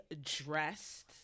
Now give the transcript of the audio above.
dressed